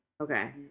Okay